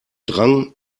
drang